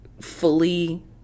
fully